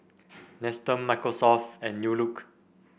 Nestum Microsoft and New Look